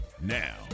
Now